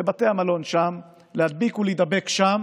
בבתי המלון שם, להדביק ולהידבק שם